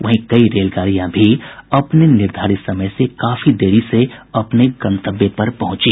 वहीं कई रेलगाड़ियां भी अपने निर्धारित समय से काफी देरी से अपने गतंव्य पर पहुंची